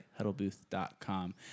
huddlebooth.com